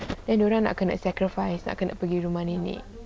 then dia orang nak kena sacrifice nak kena pergi rumah nenek